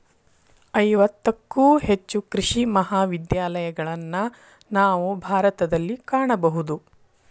ಐವತ್ತಕ್ಕೂ ಹೆಚ್ಚು ಕೃಷಿ ಮಹಾವಿದ್ಯಾಲಯಗಳನ್ನಾ ನಾವು ಭಾರತದಲ್ಲಿ ಕಾಣಬಹುದು